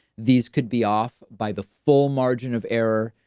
these could be off by the full margin of error.